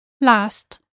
Last